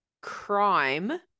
crime